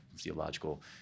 theological